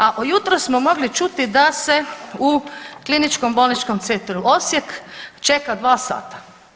A u jutro smo mogli čuti da se u Kliničkom bolničkom centru Osijek čeka dva sata.